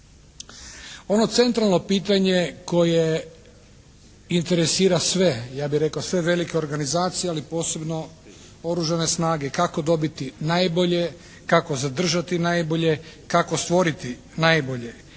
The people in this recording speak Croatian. Ono centralno pitanje koje interesira sve, ja bih rekao sve velike organizacije ali posebno oružane snage kako dobiti najbolje, kako zadržati najbolje, kako stvoriti najbolje